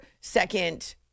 second